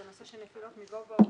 והנושא של נפילות מגובה הוא